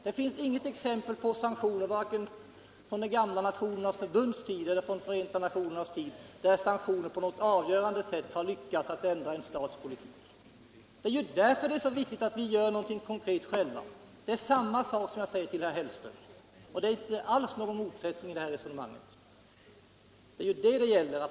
Det finns inget exempel på sanktioner, vare sig från Nationernas förbunds tid eller från Förenta nationernas tid, som på något avgörande sätt lyckats ändra en stats politik. Det är därför som det är så viktigt att vi själva gör någonting konkret. Detsamma vill jag säga till herr Hellström. Det är inte alls någon motsättning i det här resonemanget.